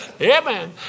amen